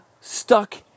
stuck